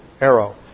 arrow